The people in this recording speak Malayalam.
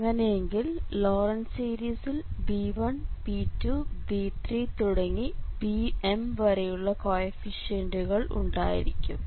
അങ്ങനെയെങ്കിൽ ലോറന്റ് സീരീസിൽ b1 b2 b3 തുടങ്ങി bm വരെയുള്ള കോയെഫിഷ്യന്റുകൾ ഉണ്ടായിരിക്കും